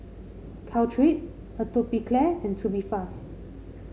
Caltrate Atopiclair and Tubifast